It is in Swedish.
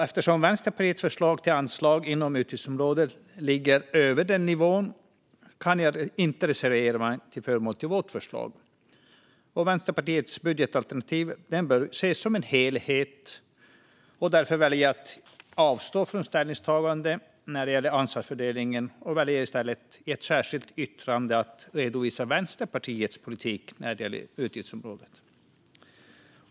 Eftersom Vänsterpartiets förslag till anslag inom utgiftsområdet ligger över den nivån kan jag inte reservera mig till förmån för vårt förslag. Vänsterpartiets budgetalternativ bör ses som en helhet. Därför väljer jag att avstå från ställningstagande när det gäller anslagsfördelningen och väljer i stället att i ett särskilt yttrande redovisa Vänsterpartiets politik för utgiftsområdet.